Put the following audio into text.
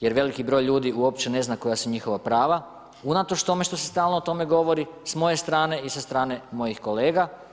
jer veliki broj ljudi uopće ne zna koja su njihova prava, unatoč tome što s stalno o tome govori s moje strane i sa strane mojih kolega.